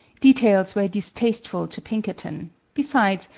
details were distasteful to pinkerton besides,